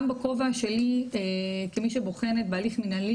גם בכובע שי כמי שבוחנת בהליך מנהלי,